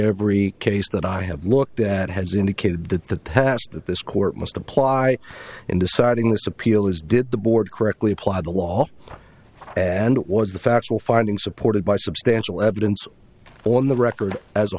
every case that i have looked at has indicated that the task that this court must apply in deciding this appeal is did the board correctly apply the law and was the factual finding supported by substantial evidence on the record as a